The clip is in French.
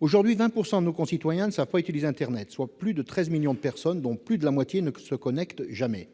Aujourd'hui, 20 % de nos concitoyens ne savent pas utiliser internet, soit 13 millions de personnes, dont plus de la moitié ne se connecte jamais.